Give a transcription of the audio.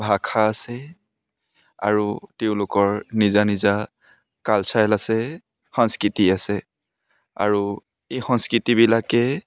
ভাষা আছে আৰু তেওঁলোকৰ নিজা নিজা কালচাৰ আছে সংস্কৃতি আছে আৰু এই সংস্কৃতিবিলাক